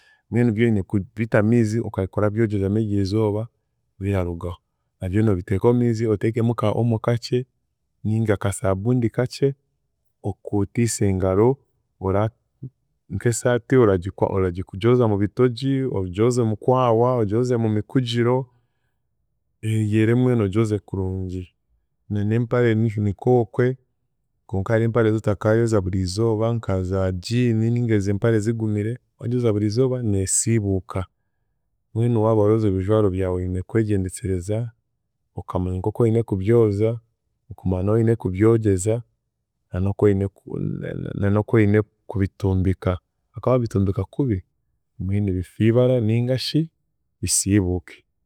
Mbwenu byo oine kubita mu miizi okahika orabogyezamu ery'izooba birarugaho, naabyo nabiteeka omu miizi oteekamu ka omo kakye ninga ka sabundi kakye, okuutiise engaro ora- nk'esati oragikwa oragyoza mu bitoogi, ogyoze mukwahwa, ogyoze mu mikugiro, eyere mbwenu ogyoze kurungi na n'empare mishu nikwokwe konka hariho empare zootakaayoza burizooba nka za geen ninga ezi mpare zigumire wagyoza burizooba neesiibuuka, mbwenu waaba orooza ebijwaro byawe, oine kwegyendeseraza okamanya nk'oku oine kubyoza, kumanya n'ahu oine kubyogyeza, na n'okwoine ku na- na- na n'okwoine kubitumbika, ahaakuba waabitumbika kubi, bimwe nibifa ibira ningashi bisiibuuke.